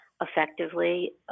effectively